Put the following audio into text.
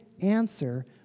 answer